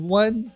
one